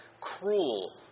cruel